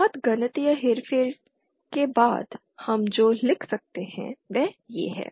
बहुत गणितीय हेरफेर के बाद हम जो लिख सकते हैं वह यह है